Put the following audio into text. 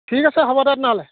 ঠিক আছে হ'ব দে তেনেহ'লে